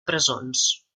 presons